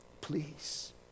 Please